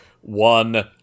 one